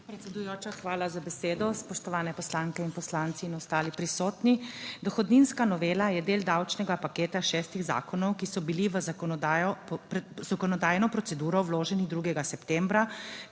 Predsedujoča, hvala za besedo. Spoštovane poslanke in poslanci in ostali prisotni! Dohodninska novela je del davčnega paketa šestih zakonov, ki so bili v zakonodajno proceduro vloženi 2. septembra.